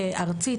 ארצית,